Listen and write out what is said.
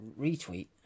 retweet